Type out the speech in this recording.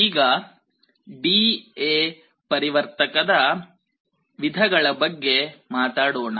ಈಗ ಡಿಎ ಪರಿವರ್ತಕದDA converter ವಿಧಗಳ ಬಗ್ಗೆ ಮಾತಾಡೋಣ